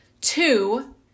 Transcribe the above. Two